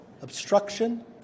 obstruction